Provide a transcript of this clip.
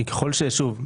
שוב,